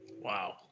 Wow